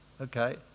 Okay